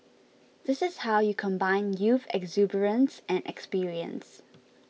this is how you combine youth exuberance and experience